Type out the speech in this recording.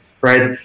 right